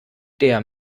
der